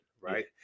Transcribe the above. right